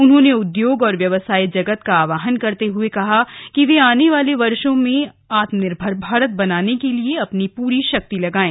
उन्होंने उद्योग और व्यवसाय जगत का आहवान करते हुए कहा कि वे आने वाले वर्षो में आत्मनिर्भर भारत बनाने के लिए अपनी पूरी शक्ति लगाएं